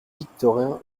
victorin